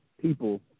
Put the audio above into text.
people